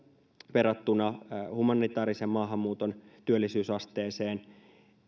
verrattuna humanitaarisen maahanmuuton työllisyysasteeseen